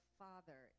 father